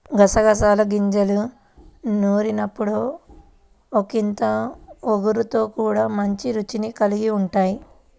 గసగసాల గింజల్ని నూరినప్పుడు ఒకింత ఒగరుతో కూడి మంచి రుచిని కల్గి ఉంటయ్